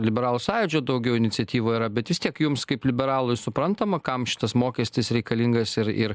liberalų sąjūdžio daugiau iniciatyva yra bet vis tiek jums kaip liberalui suprantama kam šitas mokestis reikalingas ir ir